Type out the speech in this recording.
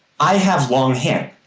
i have long hair.